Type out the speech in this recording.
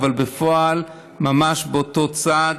אבל בפועל הן ממש באותו צד: